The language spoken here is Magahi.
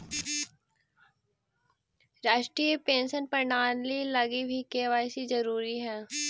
राष्ट्रीय पेंशन प्रणाली लगी भी के.वाए.सी जरूरी हई